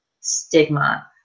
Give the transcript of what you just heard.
stigma